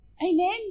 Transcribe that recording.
Amen